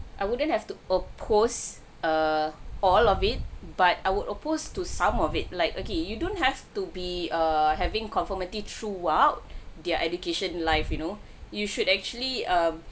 I wouldn't have to oppose err all of it but I would opposed to some of it like okay you don't have to be err having conformity throughout their education life you know you should actually um